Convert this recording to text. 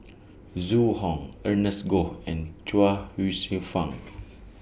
Zhu Hong Ernest Goh and Chuang Hsueh Fang